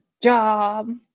job